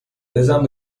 بزن